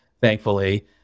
thankfully